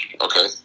Okay